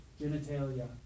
genitalia